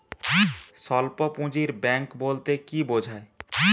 স্বল্প পুঁজির ব্যাঙ্ক বলতে কি বোঝায়?